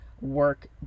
work